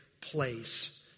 place